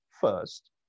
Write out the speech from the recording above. first